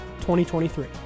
2023